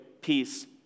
peace